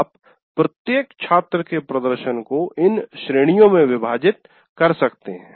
आप प्रत्येक छात्र के प्रदर्शन को इन श्रेणियों में विभाजित कर सकते हैं